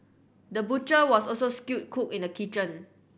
the butcher was also skilled cook in the kitchen